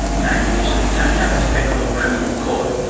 damien, is that we don't have a federal criminal court.